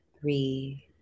three